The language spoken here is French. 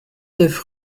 neuf